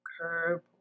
curb